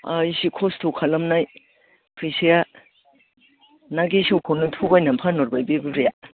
आंहा एसे खस्थ' खालामनाय फैसाया ना गेसावखोनो थगायनानै फानहरबाय बे बुरैया